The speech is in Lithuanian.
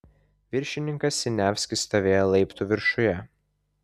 viršininkas siniavskis stovėjo laiptų viršuje